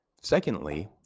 Secondly